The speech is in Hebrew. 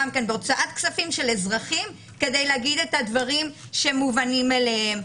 גם בהוצאת כספים של אזרחים כדי להגיד את הדברים שהם מובנים מאליהם.